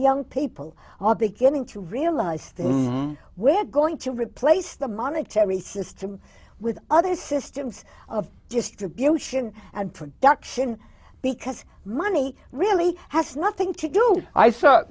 young people are beginning to realize that we're going to replace the monetary system with other systems of distribution and production because money really has nothing to do i